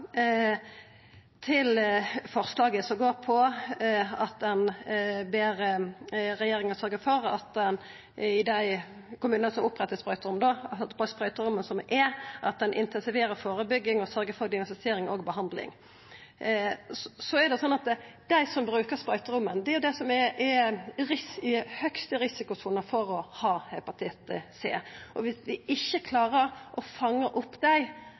at ein ber regjeringa sørgja for at ein i dei kommunane som opprettar sprøyterom, og i sprøyteromma som er, intensiverer førebygging og sørgjer for diagnostisering og behandling. Det er slik at dei som brukar sprøyteromma, er dei som er i den høgste risikosona for å ha hepatitt C, og dersom vi ikkje klarer å fanga opp dei,